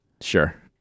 Sure